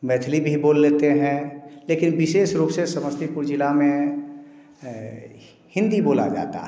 मैथिली भी बोल लेते हैं लेकिन विशेष रूप से समस्तीपुर जिला में हिंदी बोला जाता है